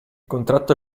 contratto